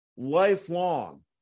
lifelong